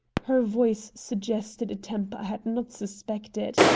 her voice suggested a temper i had not suspected.